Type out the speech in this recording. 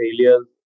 failures